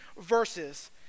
verses